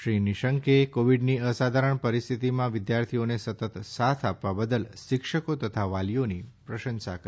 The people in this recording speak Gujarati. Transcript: શ્રી નિશંકે કોવિડની અસાધારણ પરિસ્થિતીમાં વિદ્યાર્થીઓને સતત સાથ આપવા બદલ શિક્ષકો તથા વાલીઓની પ્રશંસા કરી